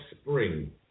spring